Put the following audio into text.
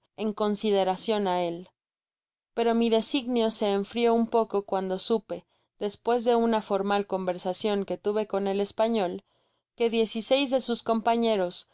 en consideracion á él pero mi designio se enfrió un poco cuando supe despues de una formal conversacion que tuve con el espatiol que diez y seis de sus compañeros